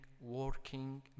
working